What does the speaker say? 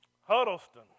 Huddleston